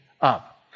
up